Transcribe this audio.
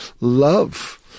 love